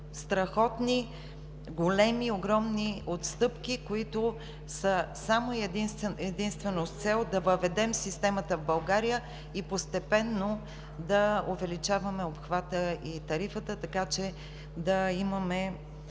страхотни, големи, огромни отстъпки са единствено с цел да въведем системата в България и постепенно да увеличаваме обхвата и тарифата, така че да имаме